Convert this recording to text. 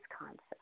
concept